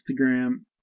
Instagram